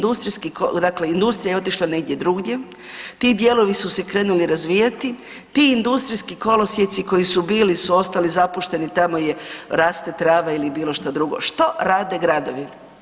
Dakle, industrija je otišla negdje drugdje, ti dijelovi su se krenuli razvijati, ti industrijski kolosijeci koji su bili su ostali zapušteni, tamo raste trava ili bilo što drugo, što rade gradovi?